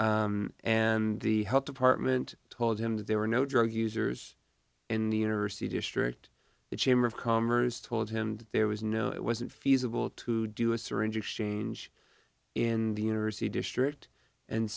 do and the health department told him that there were no drug users in the university district the chamber of commerce told him there was no it wasn't feasible to do a syringe exchange in the university district and